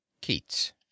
keats